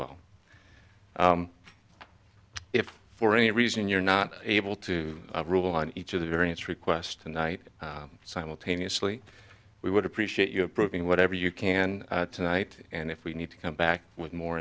well if for any reason you're not able to rule on each of the various requests tonight simultaneously we would appreciate you approving whatever you can tonight and if we need to come back with more